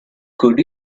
could